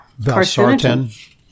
valsartan